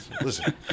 listen